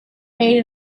made